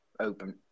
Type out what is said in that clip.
open